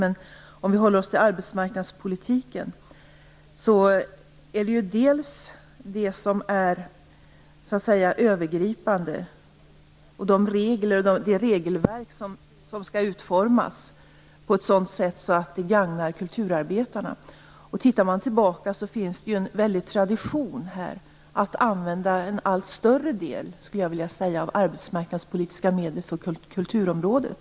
Men för att hålla oss till arbetsmarknadspolitiken, så är det övergripande att regler och regelverk skall utformas på ett sådant sätt att de gagnar kulturarbetarna. Om vi ser tillbaka så finns det ju en tradition av att i allt större del använda arbetsmarknadspolitiska medel för kulturområdet.